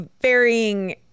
varying